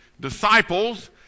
disciples